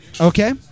Okay